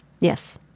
Yes